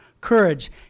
Courage